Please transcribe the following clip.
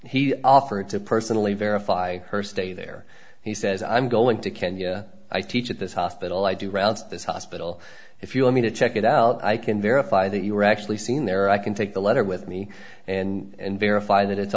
he offered to personally verify her stay there he says i'm going to kenya i teach at this hospital i do rounds at this hospital if you want me to check it out i can verify that you were actually seen there i can take the letter with me and verify that it's